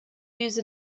use